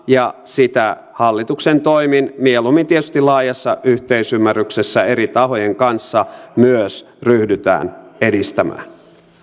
ja sitä hallituksen toimin mieluummin tietysti laajassa yhteisymmärryksessä eri tahojen kanssa myös ryhdytään edistämään